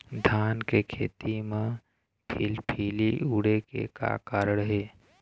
धान के खेती म फिलफिली उड़े के का कारण हे?